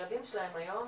הילדים שלהם היום